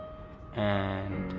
and.